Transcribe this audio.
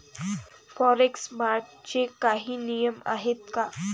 Forex मार्केटचे काही नियम आहेत का?